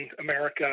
America